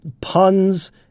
puns